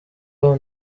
aho